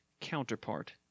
counterpart